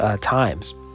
times